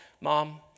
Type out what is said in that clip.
mom